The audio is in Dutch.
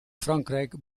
frankrijk